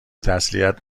تسلیت